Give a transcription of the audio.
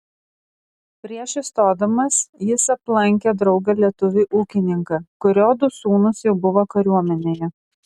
prieš įstodamas jis aplankė draugą lietuvį ūkininką kurio du sūnūs jau buvo kariuomenėje